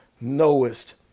knowest